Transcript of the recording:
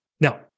Now